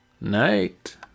Night